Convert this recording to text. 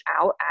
out